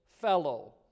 fellow